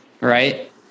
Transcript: right